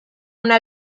una